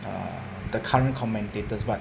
err the current commentators but